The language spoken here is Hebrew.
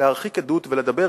להרחיק עדות ולדבר,